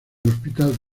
hospital